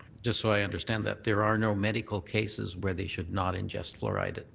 just so i understand that, there are no medical cases where they should not ingest fluoride,